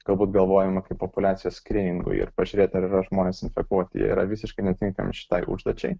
galbūt galvojama kaip populiacijos skryningui ir pažiūrėt ar yra žmonės infekuoti jie yra visiškai netinkami šitai užduočiai